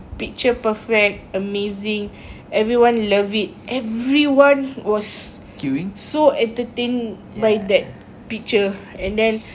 picture perfect amazing everyone love it everyone was so entertained by that picture and then